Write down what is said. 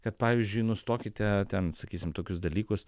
kad pavyzdžiui nustokite ten sakysim tokius dalykus